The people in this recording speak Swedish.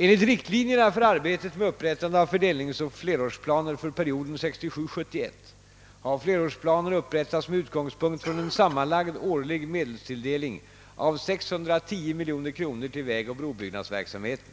Enligt riktlinjerna för arbetet med upprättande av fördelningsoch flerårsplaner för perioden 1967—1971 har flerårsplanerna upprättats med utgångspunkt från en sammanlagd årlig medelstilldelning av 610 miljoner kronor till vägoch brobyggnadsverksamheten.